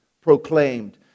proclaimed